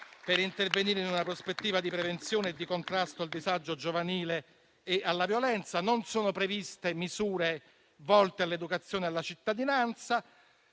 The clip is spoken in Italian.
per intervenire in una prospettiva di prevenzione e di contrasto al disagio giovanile e alla violenza. Non sono previste misure volte all'educazione alla cittadinanza.